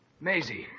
Maisie